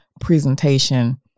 presentation